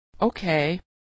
Okay